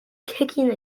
kicking